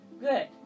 Good